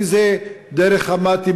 אם דרך המט"י,